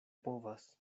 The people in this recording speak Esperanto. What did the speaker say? povas